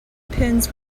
pins